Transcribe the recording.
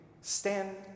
stand